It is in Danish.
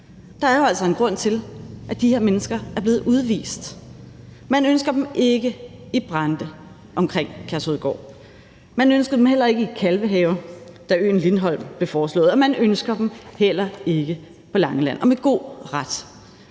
Der er jo altså en grund til, at de her mennesker er blevet udvist. Man ønsker dem ikke i Brande omkring Kærshovedgård. Man ønskede dem heller ikke i Kalvehave, da øen Lindholm blev foreslået, og man ønsker dem heller ikke på Langeland – og med god ret.